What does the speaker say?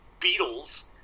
beatles